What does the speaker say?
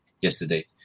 yesterday